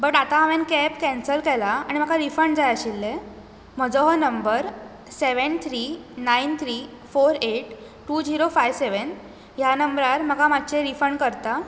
but आतां हांवें cab cancel केला आनी म्हाका रिफंड जाय आशिल्लें म्हजो हो number seven three nine three four eight two zero five seven ह्या नंबरार म्हाका मातशें रिफंड करता